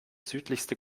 südlichste